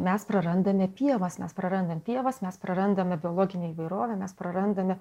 mes prarandame pievas mes prarandam pievas mes prarandame biologinę įvairovę mes prarandame